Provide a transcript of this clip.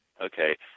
Okay